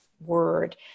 word